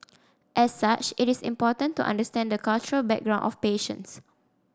as such it is important to understand the cultural background of patients